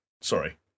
Sorry